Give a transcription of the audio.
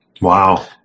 Wow